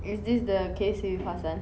is this the case with hassan